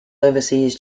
overseas